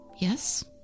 Yes